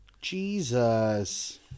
Jesus